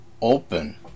open